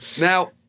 Now